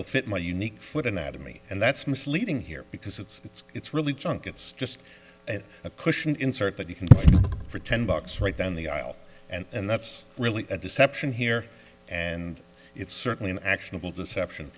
will fit my unique foot anatomy and that's misleading here because it's it's really junk it's just a question insert that you can do for ten bucks right down the aisle and that's really a deception here and it's certainly an actionable deception